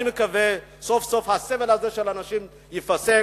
אני מקווה שסוף-סוף הסבל הזה של האנשים ייפסק,